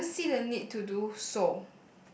I don't see the need to do so